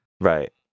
Right